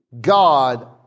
God